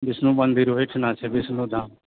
विष्णु मन्दिर ओहिठिना छै विष्णु धाम